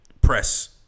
press